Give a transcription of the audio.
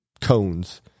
cones